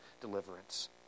deliverance